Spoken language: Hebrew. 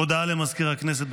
הודעה למזכיר הכנסת,